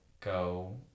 go